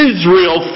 Israel